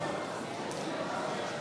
אינו נוכח